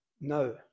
No